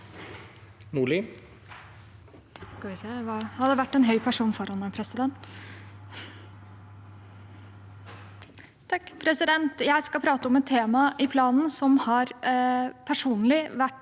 Jeg skal prate om et tema i planen som har vekket